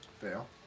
Fail